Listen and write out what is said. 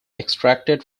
extracted